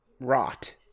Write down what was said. rot